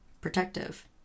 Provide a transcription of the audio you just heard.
protective